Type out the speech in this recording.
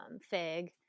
fig